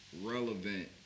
relevant